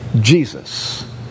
Jesus